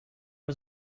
was